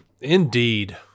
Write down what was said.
Indeed